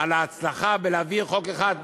על ההצלחה בהעברת חוק אחד,